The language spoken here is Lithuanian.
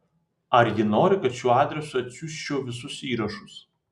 ar ji nori kad šiuo adresu atsiųsčiau visus įrašus